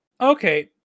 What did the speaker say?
Okay